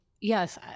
yes